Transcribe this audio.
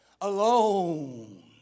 alone